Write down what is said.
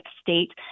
state